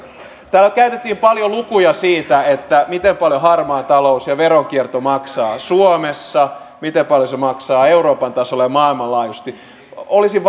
täällä käytettiin paljon lukuja siitä miten paljon harmaa talous ja veronkierto maksaa suomessa miten paljon se maksaa euroopan tasolla ja maailmanlaajuisesti olisin